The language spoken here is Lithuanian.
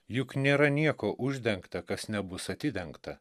juk nėra nieko uždengta kas nebus atidengta